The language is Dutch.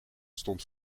stond